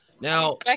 Now-